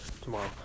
tomorrow